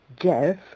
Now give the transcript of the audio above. Jeff